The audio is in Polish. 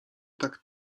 tak